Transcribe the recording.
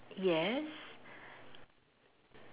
yes